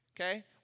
Okay